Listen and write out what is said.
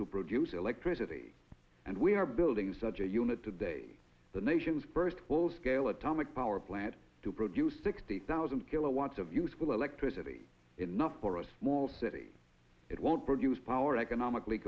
to produce electricity and we are building such a unit today the nation's first full scale atomic power plant to produce sixty thousand kilowatts of usable electricity enough for a small city it won't produce power economically